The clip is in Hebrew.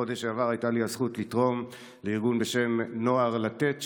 בחודש שעבר הייתה לי הזכות לתרום לארגון בשם נוער לתת,